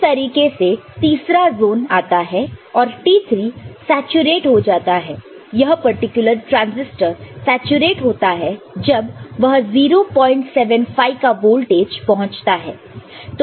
तो तरीके से तीसरा जोन आता है और T3 सैचुरेट हो जाता है यह पर्टिकुलर ट्रांसिस्टर सैचुरेट होता है जब वह 075 का वोल्टेज पहुंचता है